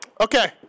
Okay